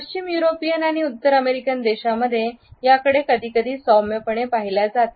पश्चिम युरोपियन आणि उत्तर अमेरिकन देशांमध्ये याकडे कधी कधी सौम्यपणे पाहिल्या जाते